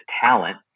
talent